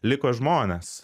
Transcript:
liko žmonės